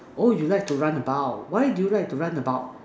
oh you like to run about why do you like to run about